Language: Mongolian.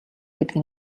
гэдэг